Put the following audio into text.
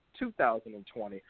2020